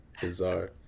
bizarre